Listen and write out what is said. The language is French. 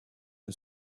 que